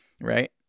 right